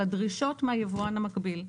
לדרישות מהיבואן המקביל.